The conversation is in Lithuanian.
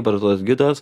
barzdotas gidas